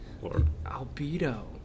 Albedo